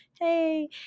Hey